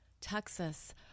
Texas